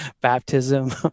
baptism